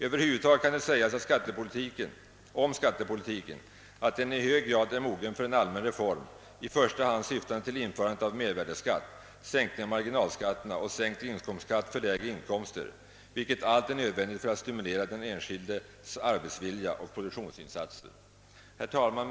Över huvud taget kan det om skattepolitiken sägas, att den i hög grad är mogen för en allmän reform i första hand syftande till införande av mervärdeskatt, sänkning av marginalskatterna och sänkt inkomst skatt för lägre inkomster, vilket allt är nödvändigt för att stimulera den enskildes sparvilja och produktionsinsatser. Herr talman!